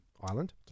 Island